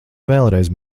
vēlreiz